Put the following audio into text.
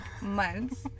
months